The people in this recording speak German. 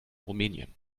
rumänien